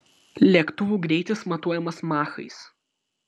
lėktuvų greitis matuojamas machais